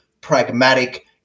pragmatic